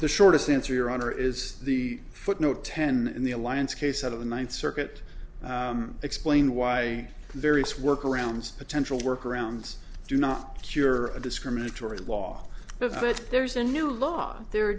the shortest answer your honor is the footnote ten in the alliance case out of the ninth circuit explain why various work arounds potential work arounds do not cure a discriminatory law but that there's a new law the